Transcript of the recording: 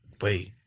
Wait